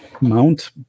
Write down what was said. mount